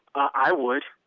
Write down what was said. i would